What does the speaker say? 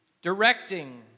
Directing